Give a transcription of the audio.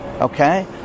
Okay